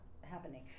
happening